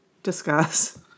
Discuss